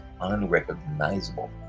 unrecognizable